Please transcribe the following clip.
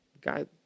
guy